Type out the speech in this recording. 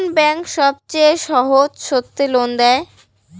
কোন ব্যাংক সবচেয়ে সহজ শর্তে লোন দেয়?